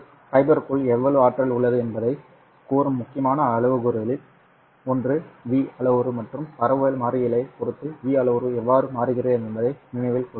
ஃபைபருக்குள் எவ்வளவு ஆற்றல் உள்ளது என்பதைக் கூறும் முக்கியமான அளவுருக்களில் ஒன்று V அளவுரு மற்றும் பரவல் மாறிலியைப் பொறுத்து V அளவுரு எவ்வாறு மாறுகிறது என்பதை நினைவில் கொள்க